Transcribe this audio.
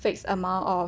fixed amount of